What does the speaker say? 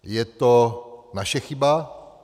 Je to naše chyba.